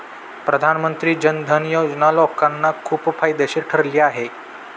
प्रधानमंत्री जन धन योजना लोकांना खूप फायदेशीर ठरली आहे